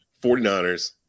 49ers